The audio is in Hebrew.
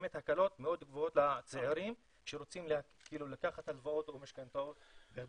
מאוד גבוהות לצעירים שרוצים לקחת הלוואות או משכנתאות.